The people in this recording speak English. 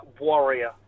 warrior